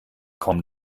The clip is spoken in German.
komm